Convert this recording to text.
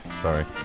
sorry